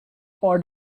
for